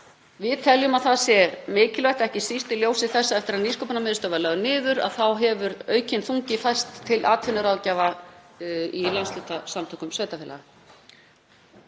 Við teljum að það sé mikilvægt, ekki síst í ljósi þess að eftir að Nýsköpunarmiðstöð var lögð niður þá hefur aukinn þungi færst til atvinnuráðgjafa hjá landshlutasamtökum sveitarfélaga.